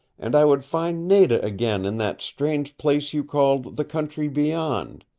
and i would find nada again in that strange place you called the country beyond.